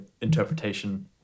interpretation